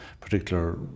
particular